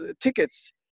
tickets